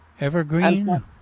evergreen